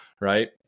Right